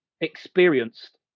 experienced